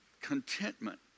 contentment